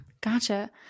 Gotcha